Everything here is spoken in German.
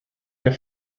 der